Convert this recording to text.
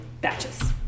batches